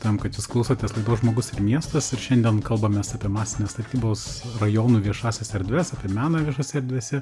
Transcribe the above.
tam kad jūs klausotės lai žmogus ir miestas ir šiandien kalbamės apie masinės statybos rajonų viešąsias erdves apie meną viešose erdvėse